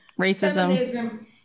racism